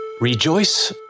Rejoice